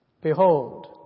Behold